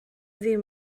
ddim